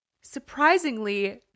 surprisingly